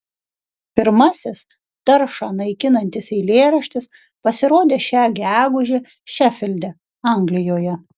pirmasis taršą naikinantis eilėraštis pasirodė šią gegužę šefilde anglijoje